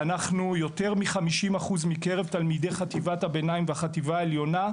ויותר מ-50% מקרב תלמידי חטיבת הביניים והחטיבה העליונה,